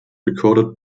recorded